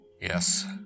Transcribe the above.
Yes